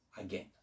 again